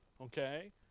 okay